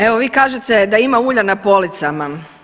Evo, vi kažete da ima ulja na policama.